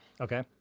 Okay